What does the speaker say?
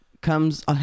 comes